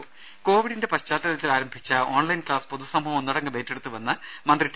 രുമ കോവിഡിന്റെ പശ്ചാത്തലത്തിൽ ആരംഭിച്ച ഓൺലൈൻ ക്ലാസ് പൊതുസമൂഹം ഒന്നടങ്കം ഏറ്റെടുത്തുവെന്ന് മന്ത്രി ടി